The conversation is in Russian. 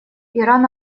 иран